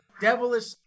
devilish